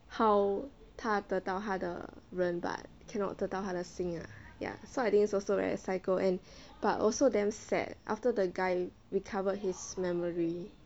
how 他得到他的人 but cannot 得到他的心 ah ya so I think it's also very psycho and but also damn sad after the guy recovered his memory